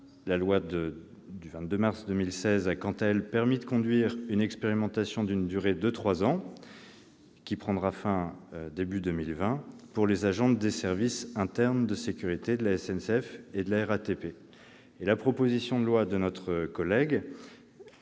La loi du 22 mars 2016 a, quant à elle, permis de conduire une expérimentation similaire d'une durée de trois ans, qui prendra fin le 1 janvier 2020, au bénéfice des agents des services internes de sécurité de la SNCF et de la RATP. La proposition de loi de notre collègue